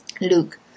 Luke